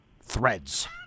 threads